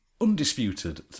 undisputed